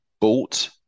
bought